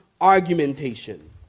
argumentation